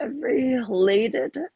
related